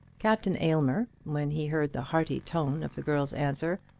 captain aylmer, when he heard the hearty tone of the girl's answer,